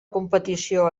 competició